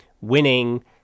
winning